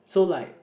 so like